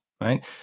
right